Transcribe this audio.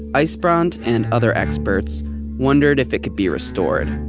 ysbrand and other experts wondered if it could be restored.